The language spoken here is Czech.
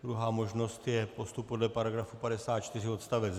Druhá možnost je postup podle § 54 odst.